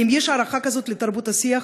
אם יש הערכה כזאת לתרבות השיח,